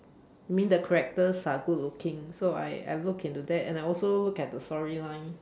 mean the characters are good looking so I I look into that and I also look at the storyline